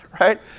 right